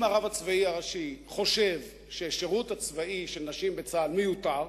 אם הרב הצבאי הראשי חושב ששירות צבאי של נשים בצה"ל מיותר,